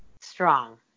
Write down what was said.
Strong